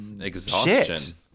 Exhaustion